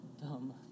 dumb